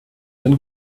den